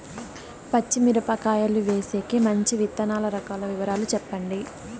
పచ్చి మిరపకాయలు వేసేకి మంచి విత్తనాలు రకాల వివరాలు చెప్పండి?